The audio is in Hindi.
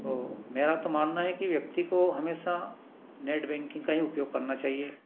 और मेरा तो मानना है की व्यक्ति को हमेशा नेट बैंकिंग का ही उपयोग करना चाहिए